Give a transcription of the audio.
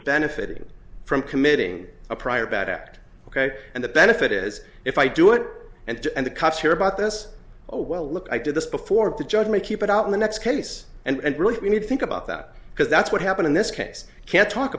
benefiting from committing a prior bad act ok and the benefit is if i do it and and the cops hear about this oh well look i did this before the judge may keep it out in the next case and really we need to think about that because that's what happened in this case can't talk